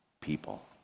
people